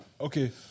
okay